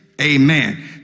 Amen